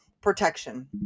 protection